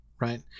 right